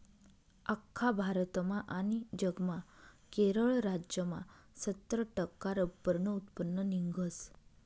आख्खा भारतमा आनी जगमा केरळ राज्यमा सत्तर टक्का रब्बरनं उत्पन्न निंघस